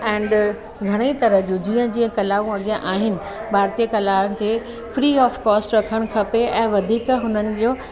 and घणेई तरह जूं जीअं जीअं कलाऊं अॻियां आहिनि भारतिय कला खे फ़्री ऑफ़ कॉस्ट रखण खपे ऐं वधीक हुननि जो